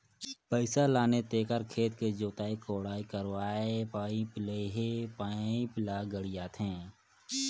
पइसा लाने तेखर खेत के जोताई कोड़ाई करवायें पाइप लेहे पाइप ल गड़ियाथे